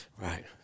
Right